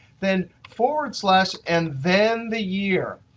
then, forward slash, and then the year.